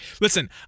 listen